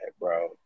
bro